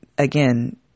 Again